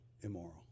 immoral